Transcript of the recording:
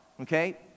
okay